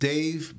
Dave